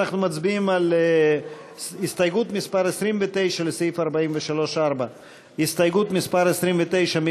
אנחנו מצביעים על הסתייגות מס' 29 לסעיף 43(4). הסתייגות מס' 29,